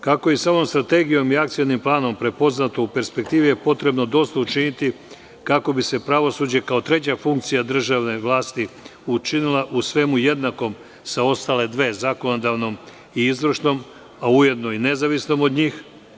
Kako je samom Strategijom i Akcionim planom prepoznato, u perspektivi je potrebno dosta učiniti kako bi se pravosuđe kao treća funkcija državne vlasti učinila u svemu jednakom sa ostale dve – zakonodavnom i izvršnom, a ujedno i nezavisnom od njih.